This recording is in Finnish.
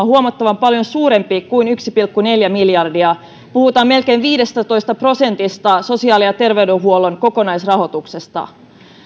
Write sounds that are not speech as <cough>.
<unintelligible> huomattavan paljon suurempi kuin yksi pilkku neljä miljardia puhutaan melkein viidestätoista prosentista sosiaali ja terveydenhuollon kokonaisrahoituksesta